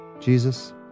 Jesus